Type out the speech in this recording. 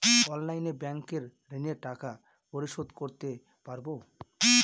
অনলাইনে ব্যাংকের ঋণের টাকা পরিশোধ করতে পারবো?